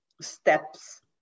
steps